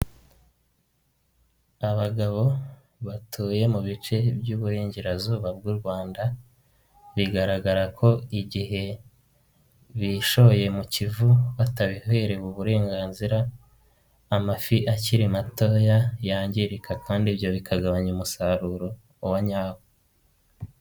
Abagabo batuye mu bice by'Uburengerazuba bw'u Rwanda bigaragara ko igihe bishoye mu Kivu batabiherewe uburenganzira amafi akiri matoya yangirika kandi ibyo bikagabanya umusaruro wa nyawo.